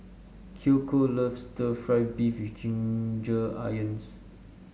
Kiyoko loves stir fry beef with Ginger Onions